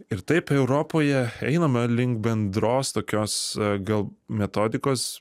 ir taip europoje einama link bendros tokios gal metodikos